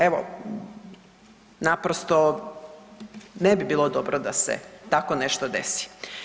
Evo, naprosto ne bi bilo dobro da se tako nešto desi.